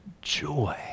joy